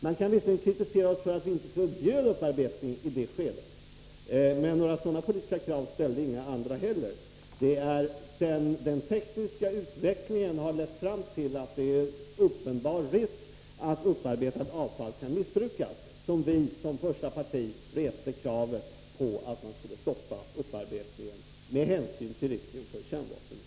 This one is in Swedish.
Man kan visserligen kritisera oss för att vi inte förbjöd upparbetning i det skedet, men några sådana politiska krav ställde ingen annan heller. Först sedan den tekniska utvecklingen har lett fram till en uppenbar risk för att upparbetningsavtal kan missbrukas, har vi som första parti rest krav på att man skulle stoppa upparbetningen — med hänsyn till risken för kärnvapenspridning.